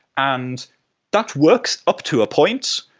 and that works up to a point,